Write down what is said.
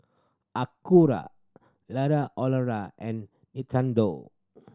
Acura and Nintendo